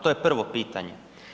To je prvo pitanje.